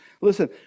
Listen